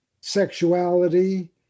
sexuality